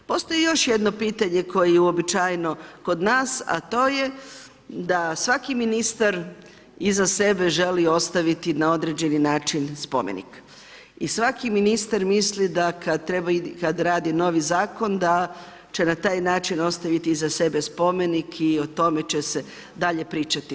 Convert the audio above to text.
Postoji još jedno pitanje koje je uobičajeno kod nas, a to je da svaki ministar iza sebe želi ostaviti na određeni način spomenik i svaki ministar misli da kad radi novi zakon da će na taj način ostaviti iza sebe spomenik i o tome će se dalje pričati.